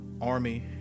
army